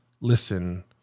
listen